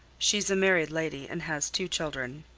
she's a married lady, and has two children.